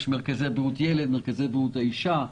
יש מרכזים לבריאות הילד ומרכזים לבריאות האישה,